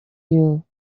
you